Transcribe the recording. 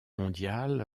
mondial